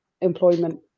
employment